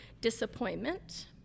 disappointment